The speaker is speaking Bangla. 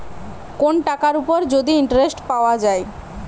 কোন টাকার উপর যদি ইন্টারেস্ট পাওয়া যায়